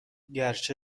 گرچه